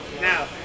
Now